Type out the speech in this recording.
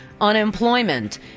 unemployment